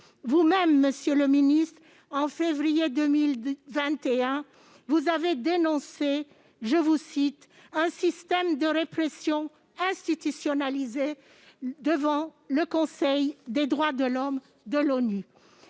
Vous-même, monsieur le ministre, en février 2021, avez dénoncé « un système de répression institutionnalisé » devant le Conseil des droits de l'homme des